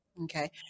Okay